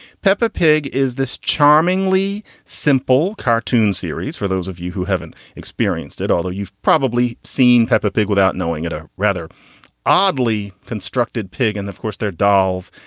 peppa pig. is this charmingly simple cartoon series for those of you who haven't experienced it, although you've probably seen peppa pig without knowing it, a rather oddly constructed pig, and of course they're dolls,